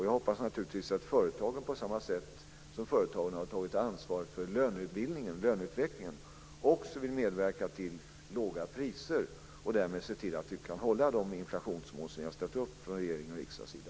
Jag hoppas naturligtvis att företagen på samma sätt som de har tagit ansvar för löneutvecklingen också vill medverka till låga priser och därmed se till att vi kan hålla de inflationsmål som vi har ställt upp från regeringens och riksdagens sida.